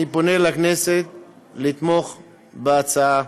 אני פונה לכנסת לתמוך בהצעה.